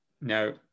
No